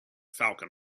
falcon